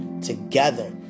together